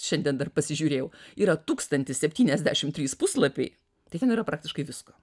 šiandien dar pasižiūrėjau yra tūkstantis septyniasdešimt trys puslapiai tai ten yra praktiškai visko